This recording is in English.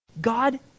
God